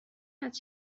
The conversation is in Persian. است